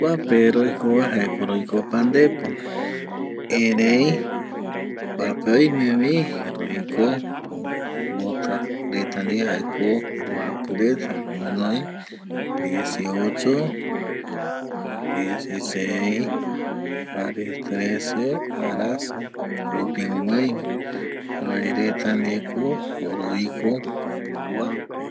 Kuape rouko va jaeko roiko pandepo erei kuape oime vi roiko mbuapi reta günoi diesiocho diesiseis jare trece arasa rupi gunoiva roereta ndie roiko kuape.